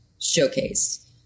showcase